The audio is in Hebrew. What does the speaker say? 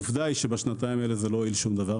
עובדה היא שבשנתיים האלה זה הועיל שום דבר,